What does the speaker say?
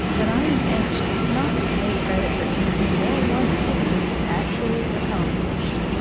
but i am anxious not to take credit for anything more wonderful than we have actually accomplished.